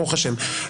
ברוך ה'.